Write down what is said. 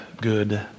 good